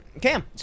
Cam